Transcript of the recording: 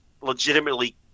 Legitimately